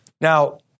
Now